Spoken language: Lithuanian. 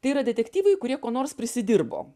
tai yra detektyvai kurie ko nors prisidirbo